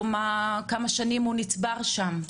כמה שנים הסכום הזה נצבר שם?